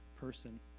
person